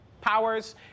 powers